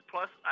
Plus